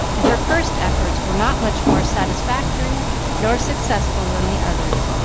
and her first efforts were not much more satisfactory nor successful than the others.